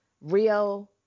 Rio